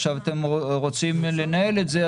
עכשיו אתם רוצים לנהל את זה,